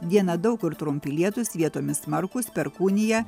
dieną daug kur trumpi lietūs vietomis smarkūs perkūnija